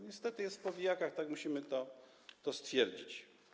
Niestety jest w powijakach - tak musimy to stwierdzić.